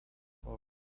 heart